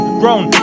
grown